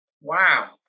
Wow